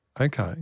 Okay